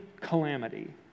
calamity